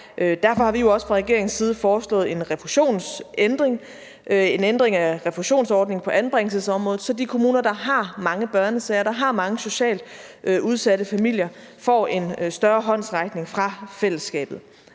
Derfor har vi jo også fra regeringens side foreslået en refusionsændring, en ændring af refusionsordningen på anbringelsesområdet, så de kommuner, der har mange børnesager, der har mange socialt udsatte familier, får en større håndsrækning fra fællesskabet.